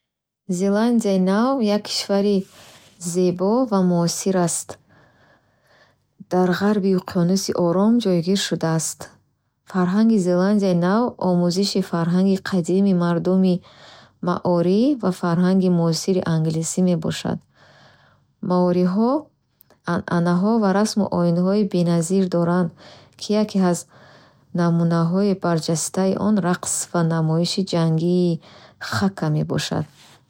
Зеландияи Нав як кишвари зебо ва муосир аст. Дар ғарби Уқёнуси Ором ҷойгир шудааст. Фарҳанги Зеландияи Нав омезиши фарҳанги қадимии мардуми маори ва фарҳанги муосири англисӣ мебошад. Маориҳо анъанаҳо ва расму оинҳои беназир доранд, ки яке аз намунаҳои барҷастаи он рақс ва намоиши ҷангии “хака” мебошад.